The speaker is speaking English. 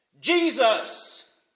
Jesus